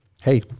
Hey